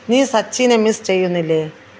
നീ സച്ചിനെ മിസ് ചെയ്യുന്നില്ലേ